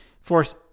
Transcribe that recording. Force